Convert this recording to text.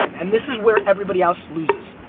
and this is where everybody else loses.